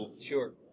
Sure